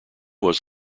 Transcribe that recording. was